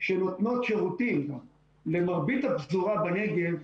שנותנות שירותים גם למרבית הפזורה בנגב,